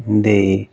ਦੇ